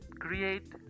create